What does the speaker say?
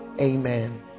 Amen